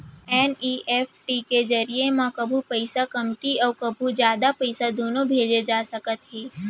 NEFT के जरिए म कभू पइसा कमती अउ कभू जादा पइसा दुनों भेजे जा सकते हे